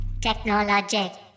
technologic